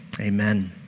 Amen